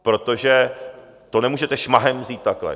Protože to nemůžete šmahem vzít takhle.